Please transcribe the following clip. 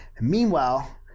Meanwhile